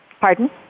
Pardon